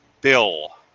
bill